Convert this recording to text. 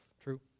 True